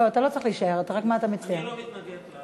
אני לא מתנגד.